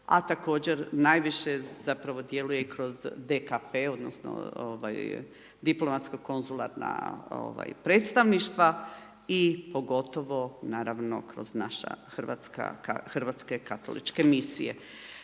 a također najviše zapravo djeluje kroz DKP, odnosno diplomatsko konzularna predstavništva i pogotovo naravno kroz naše Hrvatske katoličke misije.